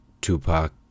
tupac